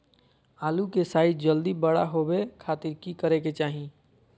आलू के साइज जल्दी बड़ा होबे खातिर की करे के चाही?